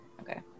Okay